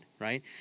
right